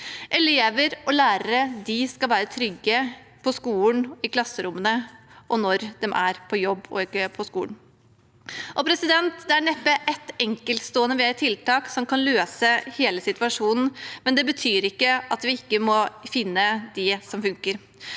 Elever og lærere skal være trygge på skolen, i klasserommene og når de er på jobb på skolen. Det er neppe ett enkeltstående tiltak som kan løse hele situasjonen, men det betyr ikke at vi ikke må finne dem som fungerer.